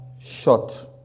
shot